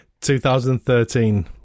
2013